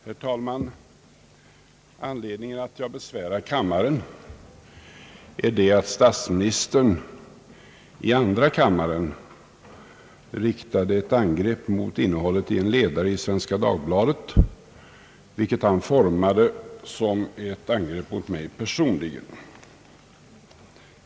Herr talman! Anledningen till att jag besvärar kammaren är den att statsministern i andra kammaren riktade ett angrepp mot innehållet i en ledare i Svenska Dagbladet, vilket han formade såsom ett angrepp mot mig personligen.